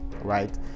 Right